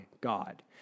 God